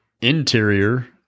interior